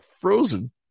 frozen